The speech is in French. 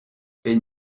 elles